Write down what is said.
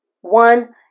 one